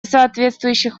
соответствующих